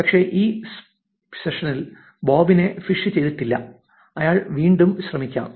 പക്ഷെ ഈ സെഷനിൽ ബോബിനെ ഫിഷ് ചെയ്തിട്ടില്ല അയാൾക്ക് വീണ്ടും ശ്രമിക്കാം